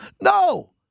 No